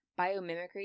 Biomimicry